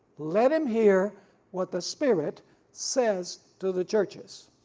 let him hear what the spirit says to the churches.